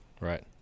Right